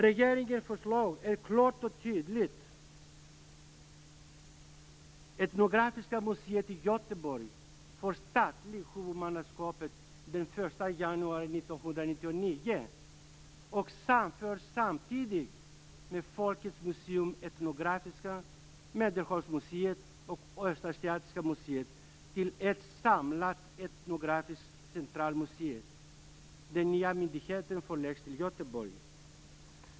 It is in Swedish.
Regeringens förslag är klart och tydligt: Etnografiska museet i Göteborg får statligt huvudmannaskap den 1 januari 1999 och sammanförs samtidigt med Östasiatiska museet till ett samlat etnografiskt centralmuseum. Den nya myndigheten förläggs till Göteborg.